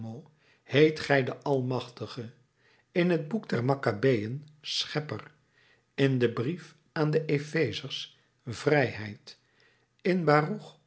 heet gij de almachtige in het boek der makkabeeën schepper in den brief aan de ephezers vrijheid in